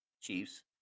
Chiefs